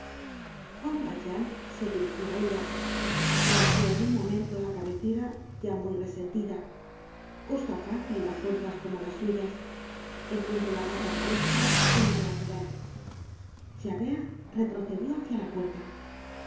juan valjean se dirigió á ella rompió en un momento la cabecera ya muy resentida cosa fácil á fuerzas como las suyas empuñó la barra maestra y miró á javert javert retrocedió hácia la puerta